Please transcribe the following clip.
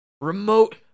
remote